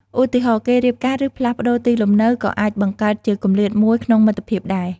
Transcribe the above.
ឧទាហរណ៍៍ គេរៀបការ ឬផ្លាស់ប្តូរទីលំនៅក៏អាចបង្កើតជាគម្លាតមួយក្នុងមិត្តភាពដែរ។